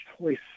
choice